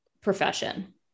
profession